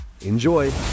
Enjoy